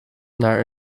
naar